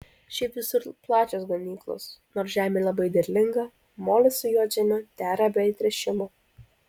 šiaip visur plačios ganyklos nors žemė labai derlinga molis su juodžemiu dera be įtręšimo